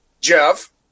Jeff